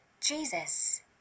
Jesus